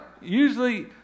Usually